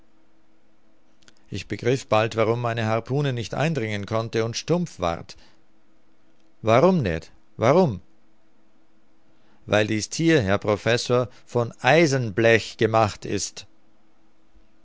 ich begriff bald warum meine harpune nicht eindringen konnte und stumpf ward warum ned warum weil dies thier herr professor von eisenblech gemacht ist